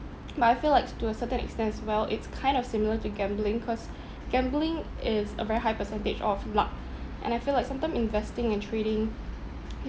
but I feel likes to a certain extent as well it's kind of similar to gambling cause gambling is a very high percentage of luck and I feel like sometime investing and trading